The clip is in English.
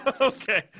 Okay